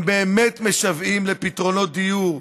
הם באמת משוועים לפתרונות דיור,